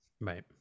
Right